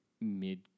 mid